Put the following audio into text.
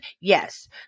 yes